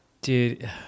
Dude